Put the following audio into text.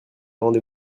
rendez